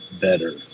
better